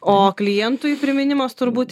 o klientui priminimas turbūt